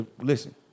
listen